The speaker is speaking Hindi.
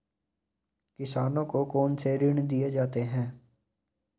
किसानों को कौन से ऋण दिए जाते हैं?